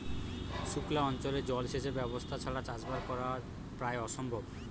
সুক্লা অঞ্চলে জল সেচের ব্যবস্থা ছাড়া চাষবাস করা প্রায় অসম্ভব